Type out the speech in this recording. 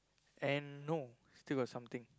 and no still got something